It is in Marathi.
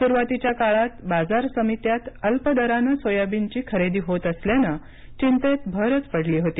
सुरुवातीच्या काळात बाजार समित्यांत अल्पदरानं सोयाबीनची खरेदी होत असल्यानं चिंतेत भरच पडली होती